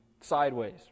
sideways